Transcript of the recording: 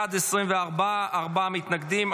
בעד, 24, ארבעה מתנגדים.